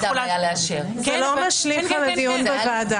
זה לא משליך על הדיון בוועדה.